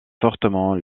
fortement